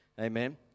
amen